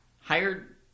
Hired